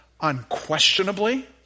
unquestionably